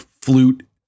flute